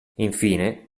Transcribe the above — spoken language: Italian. infine